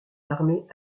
l’armée